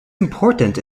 important